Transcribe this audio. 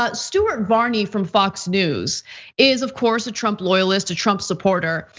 ah stuart varney from fox news is of course a trump loyalist, a trump supporter,